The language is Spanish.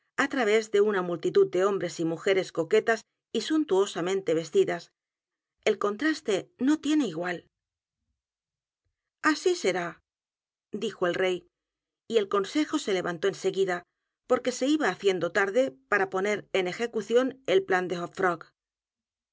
a m u l titud de hombres y mujeres coquetas y suntuosamente vestidas el contraste no tiene igual así será dijo el r e y y el consejo se levantó en seguida porque s é iba haciendo tarde p a r a poner en ejecución el plan de